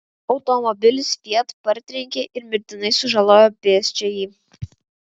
automobilis fiat partrenkė ir mirtinai sužalojo pėsčiąjį